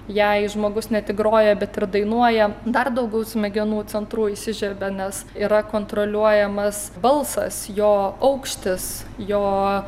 jei žmogus ne tik groja bet ir dainuoja dar daugiau smegenų centrų įsižiebia nes yra kontroliuojamas balsas jo aukštis jo